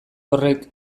horrek